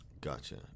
Gotcha